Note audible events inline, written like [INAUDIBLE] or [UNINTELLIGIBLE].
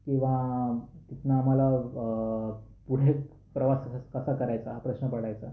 किंवा तिथनं आम्हाला [UNINTELLIGIBLE] प्रवास कसा करायचा हा प्रश्न पडायचा